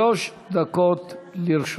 שלוש דקות לרשותך.